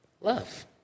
Love